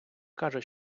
каже